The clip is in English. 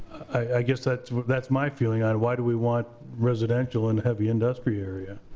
i guess that's that's my feeling on it. why do we want residential in heavy industrial area?